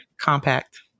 Compact